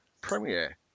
premiere